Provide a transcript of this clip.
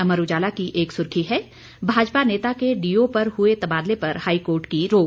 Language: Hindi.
अमर उजाला की एक सुर्खी है भाजपा नेता के डीओ पर हुए तबादले पर हाईकोर्ट की रोक